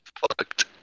fucked